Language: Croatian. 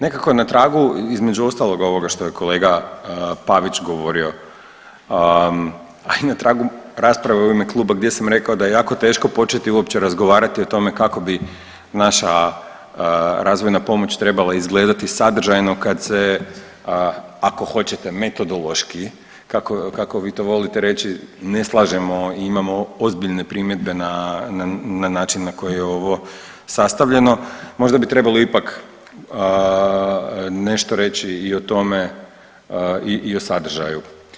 Nekako na tragu između ostaloga ovoga što je kolega Pavić govorio, a i na tragu rasprave u ime kluba gdje sam rekao da je jako teško početi uopće razgovarati o tome kako bi naša razvojna pomoć trebala izgledati sadržajno kad se, ako hoćete metodološki kako vi to volite reći, ne slažemo i imamo ozbiljne primjedbe na način na koji je ovo sastavljeno, možda bi trebalo ipak nešto reći i o tome i o sadržaju.